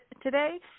today